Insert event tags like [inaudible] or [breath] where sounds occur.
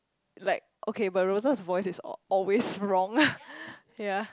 like okay but Rose's voice is always wrong [breath] ya